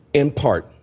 in part.